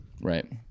right